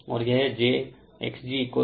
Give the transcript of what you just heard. और यह jx g Rgj xg है